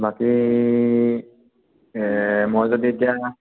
বাকী মই যদি এতিয়া